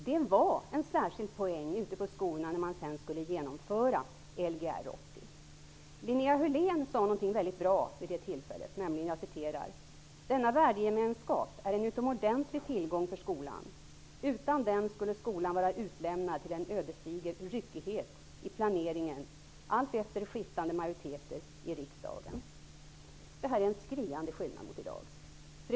Det var en särskild poäng när man sedan skulle genomföra Lgr 80 ute på skolorna. Linnea Hörlén sade någonting väldigt bra vid det tillfället, nämligen: ''Denna värdegemenskap är en utomordentlig tillgång för skolan. Utan den skulle skolan vara utlämnad till en ödesdiger ryckighet i planeringen alltefter skiftande majoriteter i riksdagen.'' Det är en skriande skillnad mellan dagens situation och den vi hade då.